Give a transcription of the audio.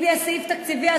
אם יהיה סעיף תקציבי?